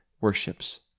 worships